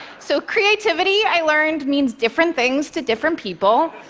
so creativity, i learned, means different things to different people.